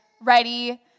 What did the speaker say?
ready